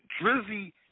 Drizzy